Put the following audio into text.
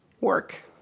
work